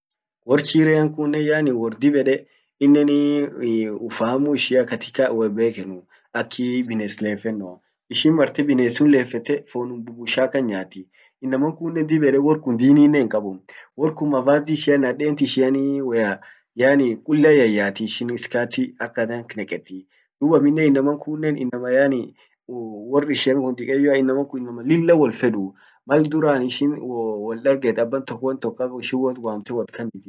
Wor Chilean kunnen wor dib ede inninen ufahamu ishia katika wobekenuu. Ak bines lefennoa. Ishin marte bines sun lefete ,fonum bushaa kan nyaati. Inaman kunnen dib ede workun dininen hinkaabu. Wor kun mavazi ishian nadentin ishianii woyya, yaani kulla yayatii, ishin skati akana neketi. dub amminen inaman kunnen inama yaani wor ishian dikeyoa, inaman kun lilla wolfeduu. mal duran ishin woldarget abbantok won tok kab ishin wolwamte wot kannit